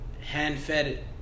hand-fed